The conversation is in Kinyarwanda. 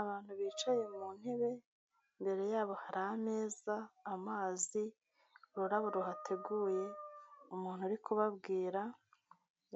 Abantu bicaye mu ntebe imbere yabo hari ameza, amazi, ururabo hateguye, umuntu uri kubabwira